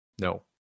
No